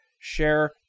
Share